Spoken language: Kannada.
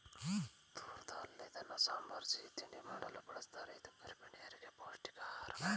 ತೂರ್ ದಾಲ್ ಇದನ್ನು ಸಾಂಬಾರ್, ಸಿಹಿ ತಿಂಡಿ ಮಾಡಲು ಬಳ್ಸತ್ತರೆ ಇದು ಗರ್ಭಿಣಿಯರಿಗೆ ಪೌಷ್ಟಿಕ ಆಹಾರ